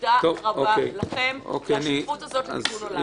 תודה רבה לכם על השליחות הזאת לתיקון עולם.